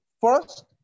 first